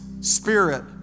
spirit